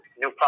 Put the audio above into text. new